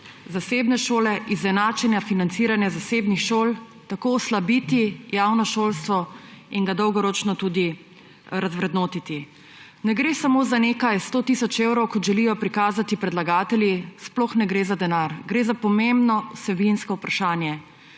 zasebne šole, izenačenja financiranja zasebnih šol, tako oslabiti javno šolstvo in ga dolgoročno tudi razvrednotiti. Ne gre samo za nekaj sto tisoč evrov, kot želijo prikazati predlagatelji. Sploh ne gre za denar, gre za pomembno vsebinsko vprašanje.